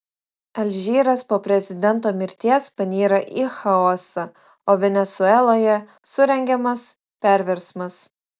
alžyras po prezidento mirties panyra į chaosą o venesueloje surengiamas perversmas